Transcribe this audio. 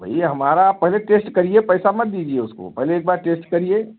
भैया हमारा आप पहले टेस्ट करिए पैसा मत दीजिए उसकाे पहले एक बार टेस्ट करिए